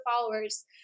followers